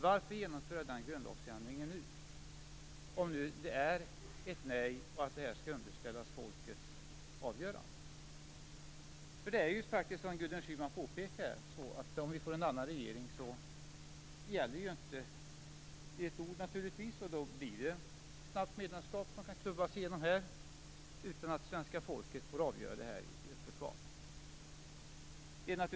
Varför genomföra den grundlagsändringen nu, om ni säger nej och frågan skall underställas folkets avgörande? Om vi får en annan regering gäller inte ert ord, som Gudrun Schyman påpekade. Då kan ett medlemskap snabbt klubbas igenom utan att svenska folket får avgöra det i öppet val.